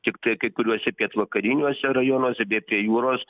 tiktai kai kuriuose pietvakariniuose rajonuose bei prie jūros